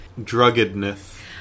Druggedness